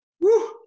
woo